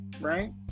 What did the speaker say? right